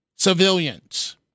Civilians